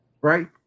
Right